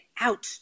out